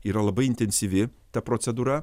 yra labai intensyvi ta procedūra